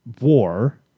war